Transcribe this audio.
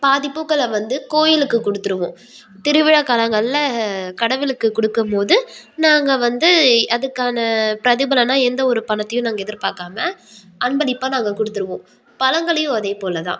பாதி பூக்களை வந்து கோயிலுக்கு கொடுத்துருவோம் திருவிழா காலங்களில் கடவுளுக்கு கொடுக்கும்போது நாங்கள் வந்து அதுக்கான பிரதிபலனாக எந்த ஒரு பணத்தையும் நாங்கள் எதிர்பார்க்காம அன்பளிப்பாக நாங்கள் கொடுத்துருவோம் பழங்களையும் அதேபோல தான்